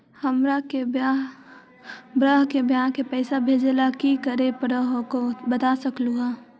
हमार के बह्र के बियाह के पैसा भेजे ला की करे परो हकाई बता सकलुहा?